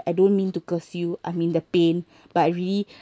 I don't mean to curse you I mean the pain but I really